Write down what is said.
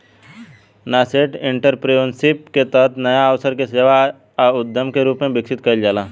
nascent entrepreneurship के तहत नाया अवसर के सेवा आ उद्यम के रूप में विकसित कईल जाला